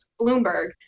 Bloomberg